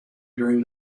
during